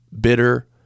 bitter